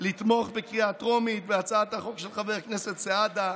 היא לתמוך בקריאה טרומית בהצעת החוק של חבר הכנסת סעדה.